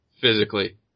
Physically